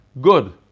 Good